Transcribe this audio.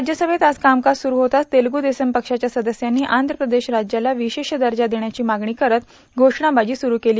राज्यसभेत आज कामकाज सुठ झेताच तेलगु देसम पक्षाच्या सदस्यांनी आंघ्र प्रदेश राज्याला विशेष दर्जा देण्याची मागणी करत घोषणाबाजी सुरू केली